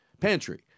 pantry